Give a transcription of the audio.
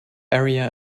area